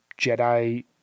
Jedi